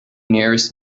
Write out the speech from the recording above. nearest